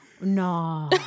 No